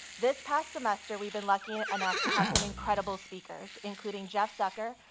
this past semester, we've been lucky enough to have some incredible speakers, including jeff zucker,